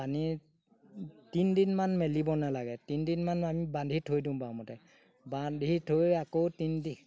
পানী তিনদিনমান মেলিব নালাগে তিনদিনমান আমি বান্ধি থৈ দিওঁ বামতে বান্ধি থৈ আকৌ তিনদিন